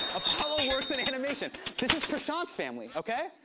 apollo works in animation. this is prashanth's family, okay?